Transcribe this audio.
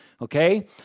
Okay